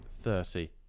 Thirty